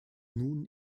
nun